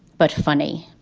but funny.